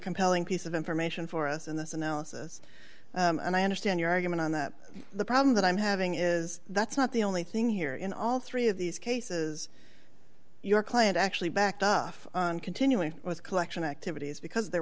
compelling piece of information for us in this analysis and i understand your argument on that the problem that i'm having is that's not the only thing here in all three of these cases your client actually backed off on continuing with collection activities because there